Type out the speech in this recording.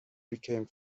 became